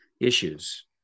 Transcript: issues